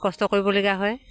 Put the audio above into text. কষ্ট কৰিবলগা হয়